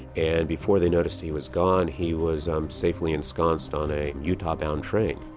and before they noticed he was gone he was safely ensconced on a utah-bound train.